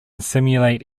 simulate